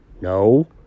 No